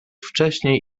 wcześniej